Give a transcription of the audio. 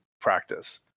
practice